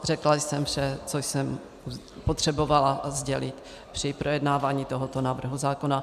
Řekla jsem vše, co jsem potřebovala sdělit při projednávání tohoto návrhu zákona.